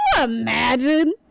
Imagine